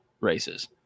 races